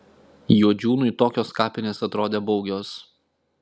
juodžiūnui tokios kapinės atrodė baugios